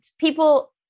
people